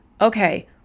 okay